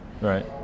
right